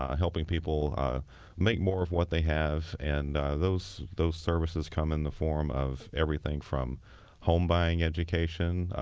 ah helping people make more of what they have and those those services come in the form of everything from home-buying education,